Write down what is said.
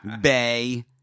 bay